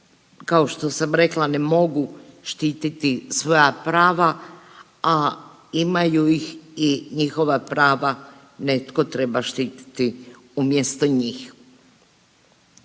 kao što sam rekla ne mogu štititi svoja prava, a imaju ih i njihova prava netko treba štititi umjesto njih.